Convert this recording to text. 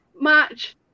match